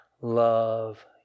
love